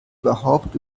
überhaupt